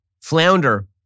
flounder